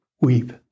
weep